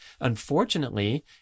Unfortunately